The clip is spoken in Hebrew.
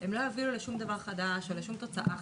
הם לא יביאו לשום דבר חדש, ולשום תוצאה חדשה.